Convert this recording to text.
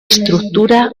estructura